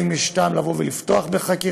אם יש טעם לפתוח בחקירה,